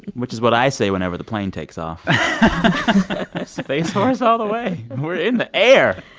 which is what i say whenever the plane takes off space force all the way. we're in the air